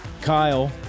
kyle